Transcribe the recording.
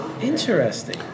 Interesting